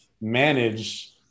manage